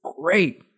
great